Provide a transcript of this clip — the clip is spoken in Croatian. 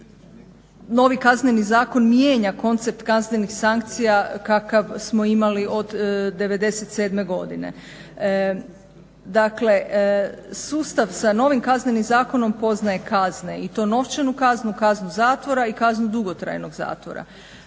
novi Kazneni zakon mijenja koncept kaznenih sankcija kakav smo imali od '97. godine. Dakle, sustav sa novim Kaznenim zakonom poznaje kazne i to novčanu kaznu, kaznu zatvora i kaznu dugotrajnog zatvora.